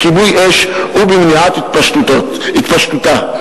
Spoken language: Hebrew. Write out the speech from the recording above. לכיבוי אש ולמניעת התפשטותה.